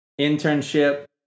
internship